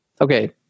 Okay